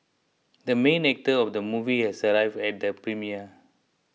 the main actor of the movie has arrived at the premiere